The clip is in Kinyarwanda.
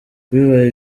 bibaye